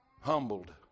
humbled